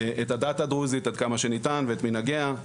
את הדת הדרוזית עד כמה שניתן ואת מנהגיה,